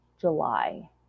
July